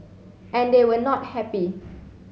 and they were not happy